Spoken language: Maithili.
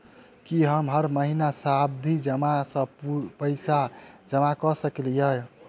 की हम हर महीना सावधि जमा सँ पैसा जमा करऽ सकलिये?